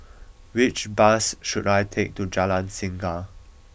which bus should I take to Jalan Singa